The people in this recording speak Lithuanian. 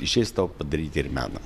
išeis tau padaryt ir meną